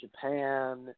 Japan